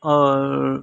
اور